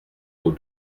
aux